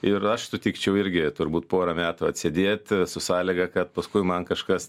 ir aš sutikčiau irgi turbūt porą metų atsėdėt su sąlyga kad paskui man kažkas